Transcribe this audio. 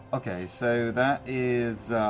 okay, so that is